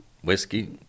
whiskey